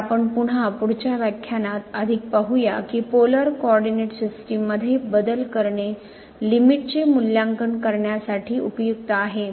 तर आपण पुन्हा पुढच्या व्याख्यानात अधिक पाहुया की पोलर कोऑरडीनेट सिस्टीम मध्ये बदल करणे लिमिट चे मूल्यांकन करण्यासाठी उपयुक्त आहे